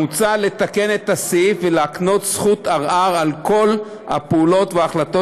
מוצע לתקן את הסעיף ולהקנות זכות ערר על כל הפעולות וההחלטות